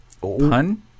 pun